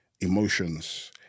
emotions